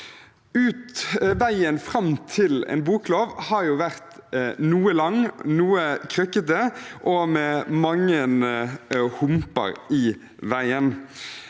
Veien fram til en boklov har vært noe lang, noe krøkkete og med mange humper i veien.